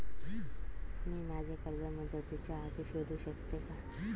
मी माझे कर्ज मुदतीच्या आधी फेडू शकते का?